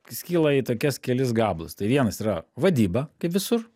skyla į tokias kelis gabalus tai vienas yra vadyba kaip visur